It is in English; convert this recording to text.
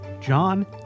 John